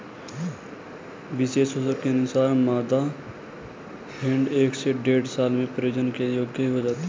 विशेषज्ञों के अनुसार, मादा भेंड़ एक से डेढ़ साल में प्रजनन के योग्य हो जाती है